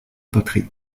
poterie